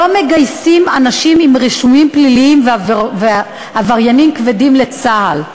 לא מגייסים אנשים עם רישומים פליליים ועבריינים פליליים לצה"ל.